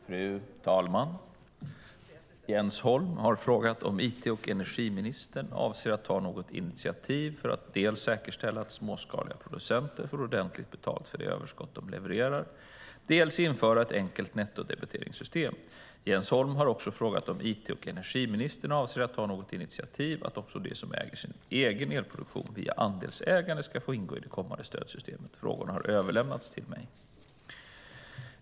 Fru talman! Jens Holm har frågat om it och energiministern avser att ta något initiativ för att dels säkerställa att småskaliga producenter får ordentligt betalt för det överskott de levererar, dels införa ett enkelt nettodebiteringssystem. Jens Holm har också frågat om it och energiministern avser att ta något initiativ för att också de som äger sin egen elproduktion via andelsägande ska få ingå i det kommande stödsystemet. Frågorna har överlämnats till mig.